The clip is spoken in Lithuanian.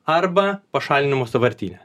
arba pašalinimo sąvartyne